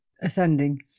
Ascending